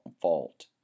fault